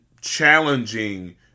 challenging